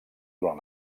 durant